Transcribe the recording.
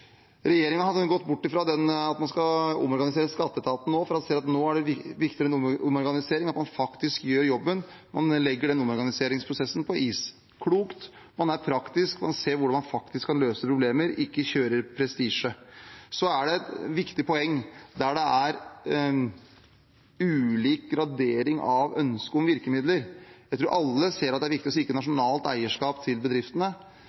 har gått bort fra at man skal omorganisere skatteetaten nå, for man ser at viktigere enn omorganisering er nå at man faktisk gjør jobben; man legger omorganiseringsprosessen på is. Det er klokt – man er praktisk, man ser hvordan man faktisk kan løse problemer, og lar det ikke gå prestisje i det. Så er det et viktig poeng der det er ulik gradering av ønsket om virkemidler: Jeg tror at alle ser at det er viktig å sikre nasjonalt eierskap til bedriftene,